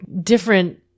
different